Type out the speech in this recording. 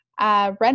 red